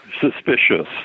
suspicious